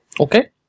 Okay